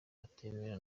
atemera